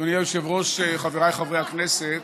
אדוני היושב-ראש, חבריי חברי הכנסת